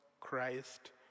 Christ